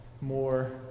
more